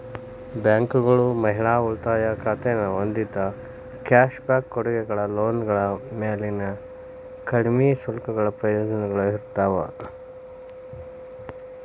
ಬ್ಯಾಂಕ್ಗಳು ಮಹಿಳಾ ಉಳಿತಾಯ ಖಾತೆನ ಹೊಂದಿದ್ದ ಕ್ಯಾಶ್ ಬ್ಯಾಕ್ ಕೊಡುಗೆಗಳ ಲೋನ್ಗಳ ಮ್ಯಾಲಿನ ಕಡ್ಮಿ ಶುಲ್ಕಗಳ ಪ್ರಯೋಜನಗಳ ಇರ್ತಾವ